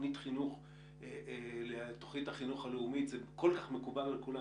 מתוכנית החינוך הלאומית, זה כל-כך מקובל על כולם.